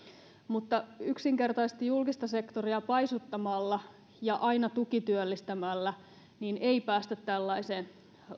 mutta yksinkertaisesti julkista sektoria paisuttamalla ja aina tukityöllistämällä ei päästä tällaiseen